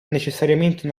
necessariamente